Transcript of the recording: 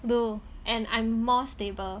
do and I'm more stable